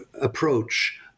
approach